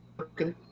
Okay